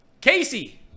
Casey